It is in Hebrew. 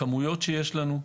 הכמויות שיש לנו.